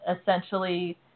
essentially